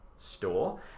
store